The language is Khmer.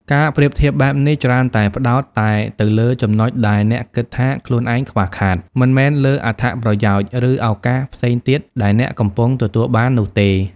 ការប្រៀបធៀបបែបនេះច្រើនតែផ្តោតតែទៅលើចំណុចដែលអ្នកគិតថាខ្លួនឯងខ្វះខាត មិនមែនលើអត្ថប្រយោជន៍ ឬឱកាសផ្សេងទៀតដែលអ្នកកំពុងទទួលបាននោះទេ។